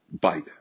bite